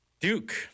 Duke